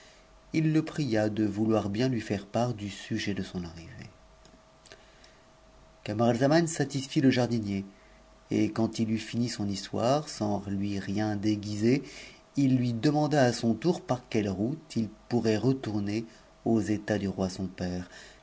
i c pria de vouloir l h'i taire part du sujet de son arrivée c u u'afxaman satisfit le jardinier et quand il eut mu son histoire s h rien déguiser il lui demanda a son tour par quelle route il pour i j t ctourner aux états du roi son père